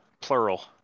plural